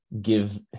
give